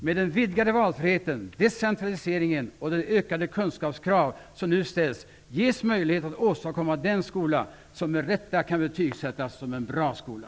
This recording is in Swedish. Med den vidgade valfriheten, decentraliseringen och de ökade kunskapskrav som nu ställs ges möjlighet att åstadkomma den skola som med rätta kan betygsättas som en bra skola.